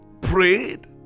prayed